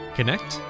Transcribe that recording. Connect